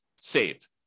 saved